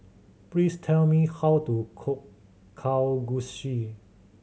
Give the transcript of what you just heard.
please tell me how to cook Kalguksu